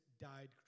died